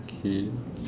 okay